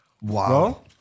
Wow